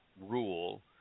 rule